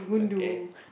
okay